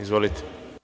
Izvolite.